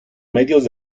medios